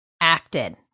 acted